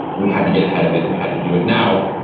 we had to get ahead of it and we had to do it now.